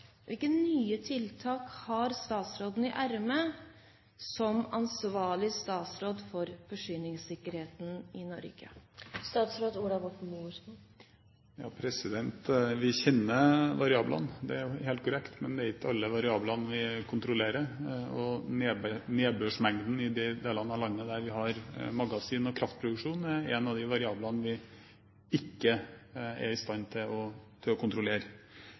Hvilke nye tiltak har statsråden i ermet som ansvarlig statsråd for forsyningssikkerheten i Norge? Vi kjenner variablene, det er helt korrekt, men det er ikke alle variablene vi kontrollerer. Og nedbørsmengden i de delene av landet der vi har magasin og kraftproduksjon, er én av de variablene vi ikke er i stand til å kontrollere. Det hadde vært fristende å ha den kontrollen, men foreløpig er det ingen som har fremmet konstruktive forslag til